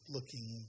looking